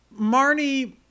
Marnie